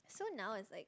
so now it's like